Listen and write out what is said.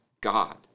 God